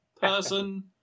person